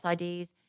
IDs